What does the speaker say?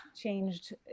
changed